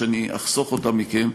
שאני אחסוך אותה מכם,